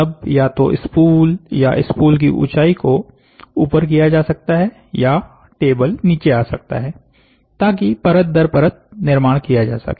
तब या तो स्पूल या स्पूल की ऊंचाई को ऊपर किया जा सकता है या टेबल नीचे आ सकता है ताकि परत दर परत निर्माण किया जा सके